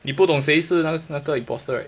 你不懂谁是他那个 impostor right